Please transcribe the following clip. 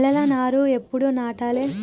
నేలలా నారు ఎప్పుడు నాటాలె?